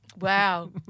Wow